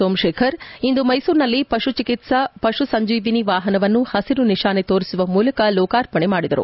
ಸೋಮಶೇಖರ್ ಇಂದು ಮೈಸೂರಿನಲ್ಲಿ ಪಶು ಚಿಕಿತ್ಸಾ ಪಶು ಸಂಜೀವಿನಿ ವಾಹನವನ್ನು ಹಸಿರು ನಿಶಾನೆ ತೋರಿಸುವ ಮೂಲಕ ಲೋಕಾರ್ಪಣೆ ಮಾಡಿದರು